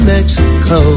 Mexico